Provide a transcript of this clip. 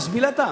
תסביר לי אתה.